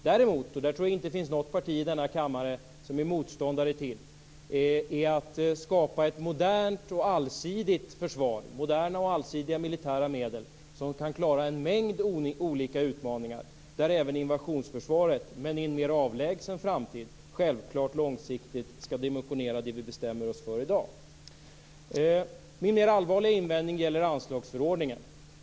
Däremot tror jag inte att det finns något parti i denna kammare som är motståndare till att skapa ett modernt och allsidigt försvar med moderna och allsidiga militära medel som kan klara en mängd olika utmaningar. Även invasionsförsvaret skall i en mer avlägsen framtid långsiktigt vara dimensionerad för det vi bestämmer oss för i dag. Min mer allvarliga invändning gäller anslagsförordningen.